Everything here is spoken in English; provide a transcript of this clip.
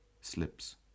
slips